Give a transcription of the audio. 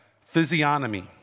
physiognomy